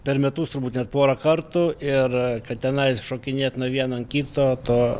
per metus turbūt net porą kartų ir kad tenais šokinėt nuo vieno kito to